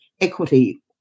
equity